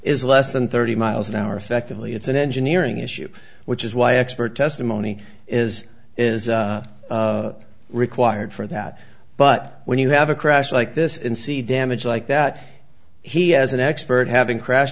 is less than thirty miles an hour effectively it's an engineering issue which is why expert testimony is is required for that but when you have a crash like this in sea damage like that he has an expert having crash